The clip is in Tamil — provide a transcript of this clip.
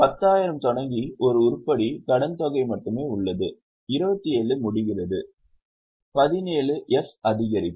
10000 தொடங்கி ஒரு உருப்படி கடன்தொகை மட்டுமே உள்ளது 27 முடிகிறது 17 F அதிகரிப்பு